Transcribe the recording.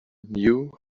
knew